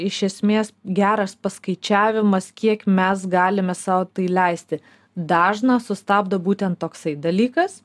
iš esmės geras paskaičiavimas kiek mes galime sau tai leisti dažną sustabdo būtent toksai dalykas